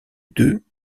deux